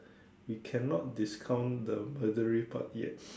we cannot discount the murder part yet